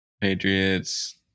Patriots